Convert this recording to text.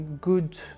good